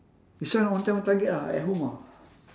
this one own time own target ah at home ah